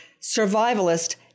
survivalist